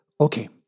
Okay